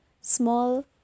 small